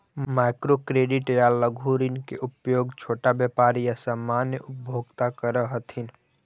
micro credit या लघु ऋण के उपयोग छोटा व्यापारी या सामान्य उपभोक्ता करऽ हथिन